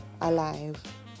alive